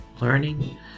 learning